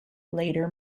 later